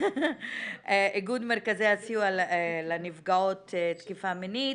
חלמיש, איגוד מרכזי הסיוע לנפגעות תקיפה מינית,